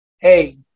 Hey